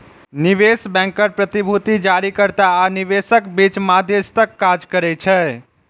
निवेश बैंकर प्रतिभूति जारीकर्ता आ निवेशकक बीच मध्यस्थक काज करै छै